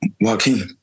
Joaquin